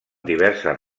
diverses